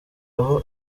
aho